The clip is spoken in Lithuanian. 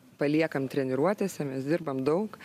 paliekam treniruotėse mes dirbam daug